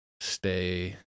stay